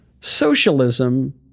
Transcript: Socialism